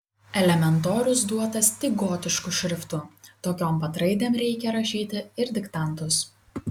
elementorius duotas tik gotišku šriftu tokiom pat raidėm reikia rašyti ir diktantus